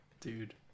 dude